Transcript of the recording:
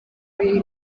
biri